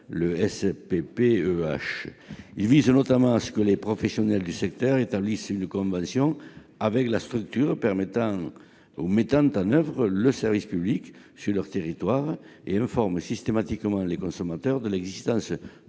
le SPPEH. Il vise notamment à ce que les professionnels du secteur établissent une convention avec la structure mettant en oeuvre le service public sur leur territoire et informent systématiquement les consommateurs de l'existence